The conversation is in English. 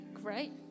Great